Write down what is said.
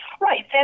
Right